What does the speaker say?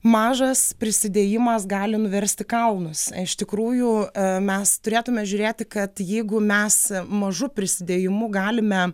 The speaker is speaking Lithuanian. mažas prisidėjimas gali nuversti kalnus iš tikrųjų mes turėtume žiūrėti kad jeigu mes mažu prisidėjimu galime